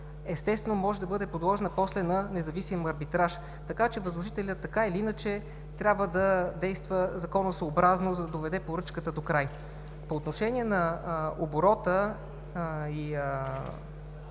естествено, може да бъде подложена после на независим арбитраж. Така че възложителят трябва да действа законосъобразно, за да доведе поръчката докрай. По отношение на оборота,